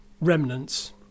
remnants